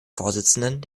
vorsitzenden